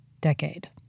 decade